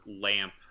lamp